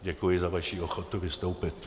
Děkuji za vaši ochotu vystoupit.